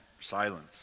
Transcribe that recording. silence